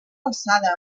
alçada